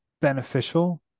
beneficial